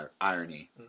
irony